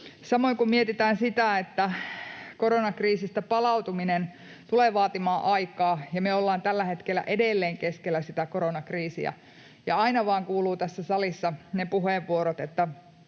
Samoin kun mietitään sitä, että koronakriisistä palautuminen tulee vaatimaan aikaa ja me ollaan tällä hetkellä edelleen keskellä koronakriisiä, niin aina vain kuuluvat tässä salissa ne puheenvuorot, että